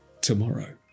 tomorrow